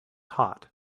hot